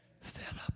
Philip